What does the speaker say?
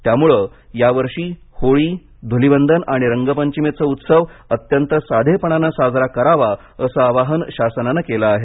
त्यामुळे यावर्षी होळी धूलिवंदन व रंगपंचमीचा उत्सव अत्यंत साधेपणाने साजरा करावा असे आवाहन शासनाने केले आहे